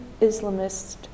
Islamist